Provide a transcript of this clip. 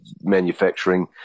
manufacturing